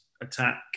attack